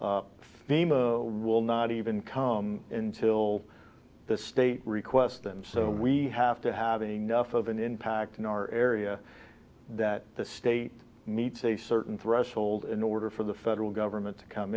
theme will not even come in till the state request and so we have to have enough of an impact in our area that the state needs a certain threshold in order for the federal government to come